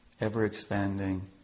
ever-expanding